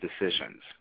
decisions